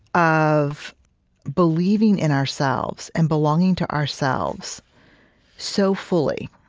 of believing in ourselves and belonging to ourselves so fully